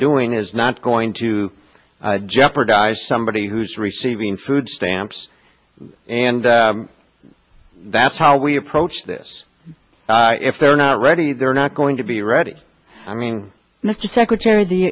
doing is not going to jeopardize somebody who's receiving food stamps and that's how we approach this if they're not ready they're not going to be ready i mean mr secretary the